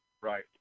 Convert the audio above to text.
Right